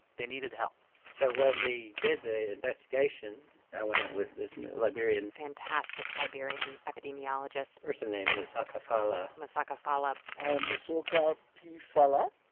they needed help so when we did the investigation, i went with this liberian. fantastic liberian epidemiologist. person named mosoka fallah. mosoka fallah i am mosoka p. fallah